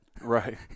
Right